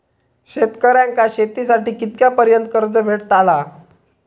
शेतकऱ्यांका शेतीसाठी कितक्या पर्यंत कर्ज भेटताला?